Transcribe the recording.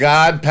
God